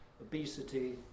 obesity